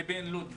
לבין לוד.